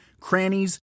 crannies